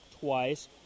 twice